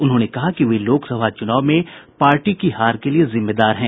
उन्होंने कहा कि वे लोकसभा चुनाव में पार्टी की हार के लिए जिम्मेदार हैं